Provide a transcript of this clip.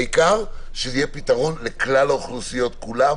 העיקר שיהיה פתרון לכלל האוכלוסיות כולן